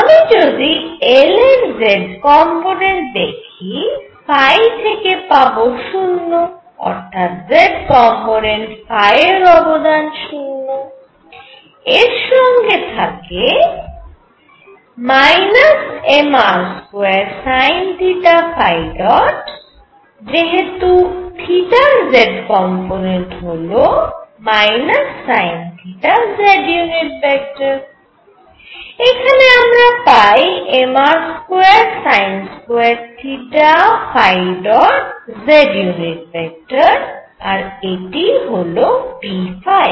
আমি যদি L এর z কম্পোনেন্ট দেখি থেকে পাবো 0 অর্থাৎ z কম্পোনেন্টে এর অবদান 0 এর সঙ্গে থাকে mr2sinθ যেহেতু র z কম্পোনেন্ট হল sinθ z এখানে আমরা পাই mr2sin2z আর এটিই হল p